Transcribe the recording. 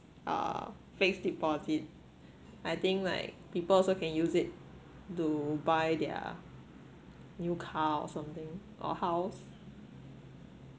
ah fixed deposit I think like people also can use it to buy their new car or something or house